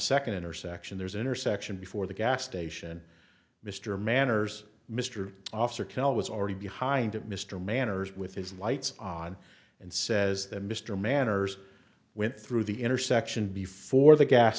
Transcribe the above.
second intersection there's an intersection before the gas station mr manners mr officer kel was already behind mr manners with his lights on and says mr manners went through the intersection before the gas